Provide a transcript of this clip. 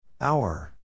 Hour